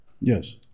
Yes